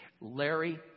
Larry